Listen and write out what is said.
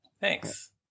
Thanks